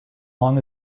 long